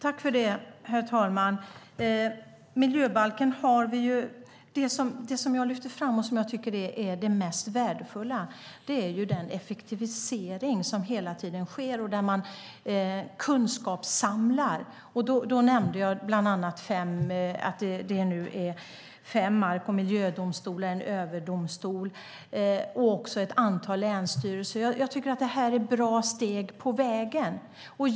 Herr talman! Det som jag lyfte fram och som jag tycker är det mest värdefulla är den effektivisering som hela tiden sker och att man kunskapssamlar. Då nämnde jag bland annat att det nu är fem mark och miljödomstolar, en överdomstol och även ett antal länsstyrelser. Jag tycker att detta är bra steg på vägen.